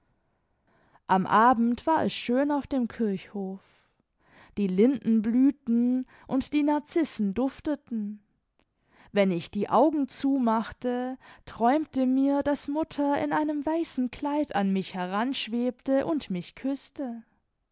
am abend war es schön auf dem kirchhof die linden blühten und die narzissen dufteten wenn ich die augen zumachte träumte mir daß mutter in einem weißen kleid an mich heranschwebte und mich küßte